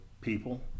people